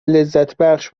لذتبخش